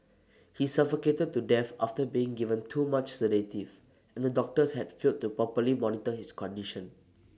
he suffocated to death after being given too much sedative and the doctors had failed to properly monitor his condition